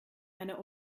einer